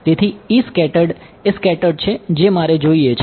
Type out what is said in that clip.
તેથી એ સ્કેટર્ડ છે જે મારે જોઈએ છે